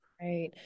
Right